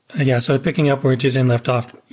yeah. so picking up where jiten left off,